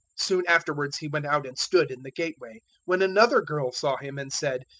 soon afterwards he went out and stood in the gateway, when another girl saw him, and said,